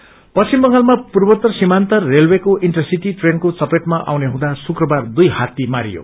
elephant पश्चिम बंगालमा पूर्वात्तर सीमान्त रेलवेको इन्टर सिटी ट्रेनको चपेटमा आउने हुँदा शुक्रबार दुई हात्ती मारियो